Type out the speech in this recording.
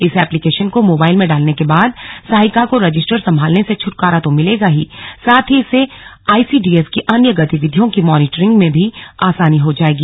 इस एप्लिकेशन को मोबाइल में डालने के बाद सहायिका को रजिस्टर संभालने से छुटकारा तो मिलेगा ही साथ में इससे आईसीडीएस की अन्य गतिविधियों की मॉनीटरिंग में भी आसानी हो जाएगी